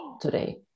today